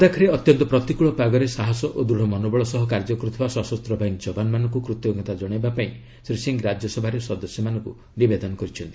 ଲଦାଖରେ ଅତ୍ୟନ୍ତ ପ୍ରତିକୂଳ ପାଗରେ ସାହସ ଓ ଦୂଢ଼ ମନୋବଳ ସହ କାର୍ଯ୍ୟ କରୁଥିବା ସଶସ୍ତ ବାହିନୀ ଯବାନମାନଙ୍କୁ କୃତଜ୍ଞତା ଜଣାଇବା ପାଇଁ ଶ୍ରୀ ସିଂ ରାଜ୍ୟସଭାର ସଦସ୍ୟମାନଙ୍କୁ ନିବେଦନ କରିଛନ୍ତି